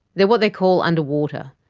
they're what they call underwater.